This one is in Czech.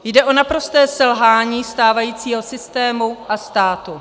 Jde o naprosté selhání stávajícího systému a státu.